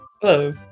Hello